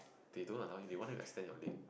they don't allow you they want you to extend your leg